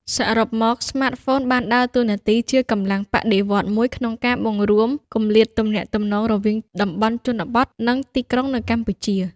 សរុបមក ស្មាតហ្វូនបានដើរតួនាទីជាកម្លាំងបដិវត្តន៍មួយក្នុងការ បង្រួមគម្លាតទំនាក់ទំនង រវាងតំបន់ជនបទ និងទីក្រុងនៅកម្ពុជា។